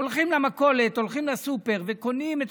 הם הולכים למכולת או הולכים לסופר וקונים את